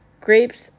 grapes